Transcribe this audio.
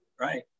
Right